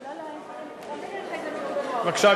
בבקשה,